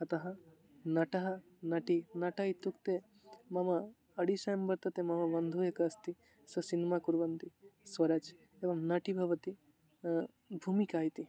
अतः नटः नटी नट इत्युक्ते मम अडिशं वर्तते मम बन्धुः एकः अस्ति स सिन्मा कुर्वन्ति स्वराज्ये एवं नटी भवति भूमिका इति